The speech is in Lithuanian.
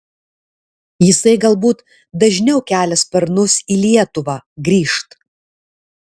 jisai galbūt dažniau kelia sparnus į lietuvą grįžt